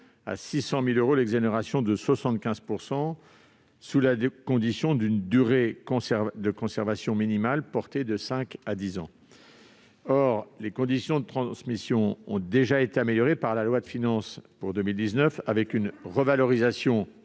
à 600 000 euros l'exonération de 75 % sous la condition d'une durée de conservation minimale portée de cinq à dix ans. Les conditions de transmission ont été améliorées par la loi de finances pour 2019, avec une revalorisation